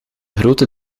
grote